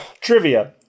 Trivia